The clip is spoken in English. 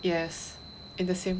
yes in the same